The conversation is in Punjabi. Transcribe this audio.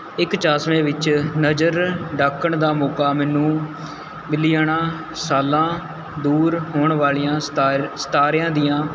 ਇੱਕ ਚਸ਼ਮੇ ਵਿੱਚ ਨਜ਼ਰ ਡੱਕਣ ਦਾ ਮੌਕਾ ਮੈਨੂੰ ਮਿਲੀਅਨ ਸਾਲਾਂ ਦੂਰ ਹੋਣ ਵਾਲੀਆਂ ਸਿਤਾਰੇ ਸਿਤਾਰਿਆਂ ਦੀਆਂ